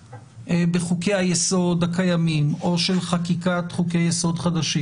בחוקי-היסוד הקיימים או של חקיקת חוקי-יסוד חדשים,